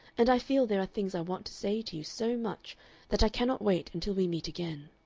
and i feel there are things i want to say to you so much that i cannot wait until we meet again.